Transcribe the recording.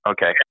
Okay